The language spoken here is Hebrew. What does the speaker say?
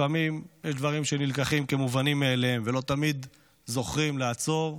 לפעמים יש דברים שנלקחים כמובנים מאליהם ולא תמיד זוכרים לעצור,